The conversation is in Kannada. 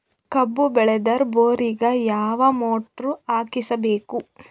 ಕಬ್ಬು ಬೇಳದರ್ ಬೋರಿಗ ಯಾವ ಮೋಟ್ರ ಹಾಕಿಸಬೇಕು?